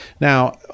now